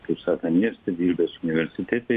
kaip sakant mieste dirbęs universitete